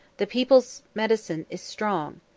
the people's medicine is strong.